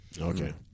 Okay